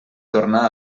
tornar